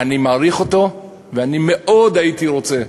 אני מעריך אותו ואני מאוד הייתי רוצה.